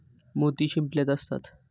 मोती शिंपल्यात असतात